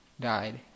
Died